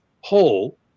whole